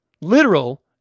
Literal